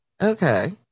Okay